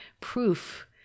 proof